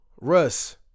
Russ